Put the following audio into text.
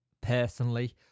personally